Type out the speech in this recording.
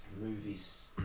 Movies